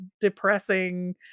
depressing